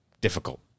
difficult